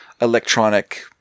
electronic